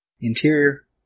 Interior